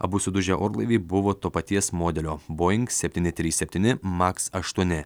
abu sudužę orlaiviai buvo to paties modelio boing septyni trys septyni maks aštuoni